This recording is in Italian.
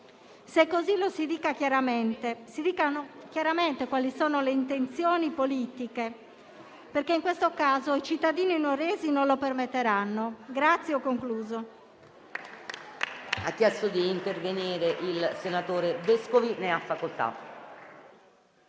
Se è così, lo si dica chiaramente, si dica chiaramente quali sono le intenzioni politiche, perché in questo caso i cittadini nuoresi non lo permetteranno.